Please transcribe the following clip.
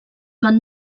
van